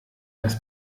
das